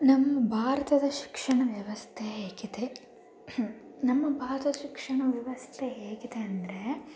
ನಮ್ಮ ಭಾರತದ ಶಿಕ್ಷಣ ವ್ಯವಸ್ಥೆ ಹೇಗಿದೆ ನಮ್ಮ ಭಾರತ ಶಿಕ್ಷಣ ವ್ಯವಸ್ಥೆ ಹೇಗಿದೆ ಅಂದರೆ